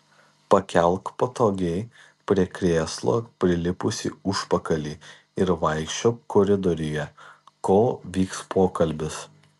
pakelk patogiai prie krėslo prilipusį užpakalį ir vaikščiok koridoriuje kol vyks pokalbis